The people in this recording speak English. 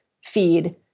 feed